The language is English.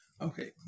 Okay